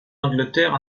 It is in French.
angleterre